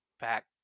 back